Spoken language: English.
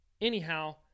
Anyhow